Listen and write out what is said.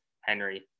Henry